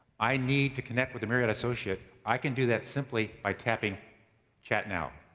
i need to connect with a marriott associate, i can do that simply by tapping chat now.